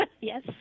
Yes